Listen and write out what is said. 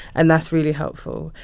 and that's really helpful.